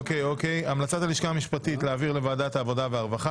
המלצת הלשכה המשפטית היא להעביר לוועדת העבודה והרווחה.